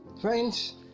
Friends